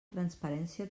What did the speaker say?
transparència